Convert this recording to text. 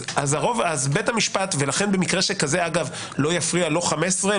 אז בית המשפט ולכן במקרה שכזה לא יפריע לא 15,